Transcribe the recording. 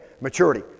Maturity